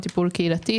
טיפול קהילתי,